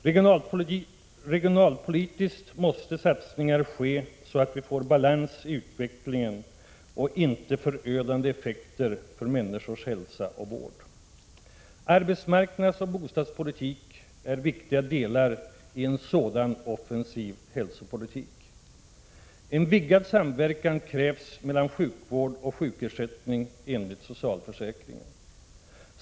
Regionalpolitiskt måste satsningar ske, så att vi får balans i utvecklingen och så att inte förödande effekter för människors hälsa och vård uppstår. Arbetsmarknadsoch bostadspolitik är viktiga delar i en sådan offensiv hälsopolitik. En vidgad samverkan krävs mellan sjukvård och sjukersättning enligt socialförsäkringen.